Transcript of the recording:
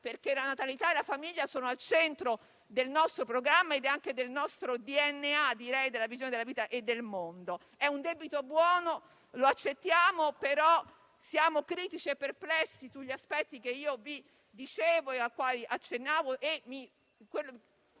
perché la natalità e la famiglia sono al centro del nostro programma e anche del nostro DNA, della nostra visione della vita e del mondo. È un debito buono, lo accettiamo, ma siamo critici e perplessi sugli aspetti che ho accennato. Ci